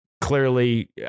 clearly